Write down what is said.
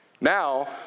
Now